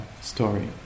story